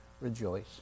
Rejoice